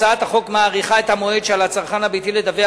הצעת החוק דוחה את המועד שבו על הצרכן הביתי לדווח